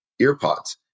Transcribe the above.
EarPods